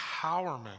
empowerment